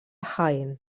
jaén